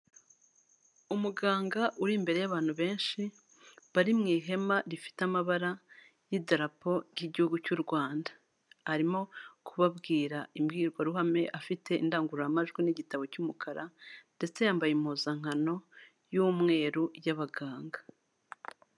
Umuganga uri imbere y'abantu benshi bari mu ihema rifite amabara y'idarapo ry'igihugu cy'u Rwanda arimo kubabwira imbwirwaruhame afite indangururamajwi n'igitabo cy'umukara ndetse yambaye impuzankano y'umweru y'abaganga